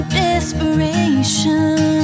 desperation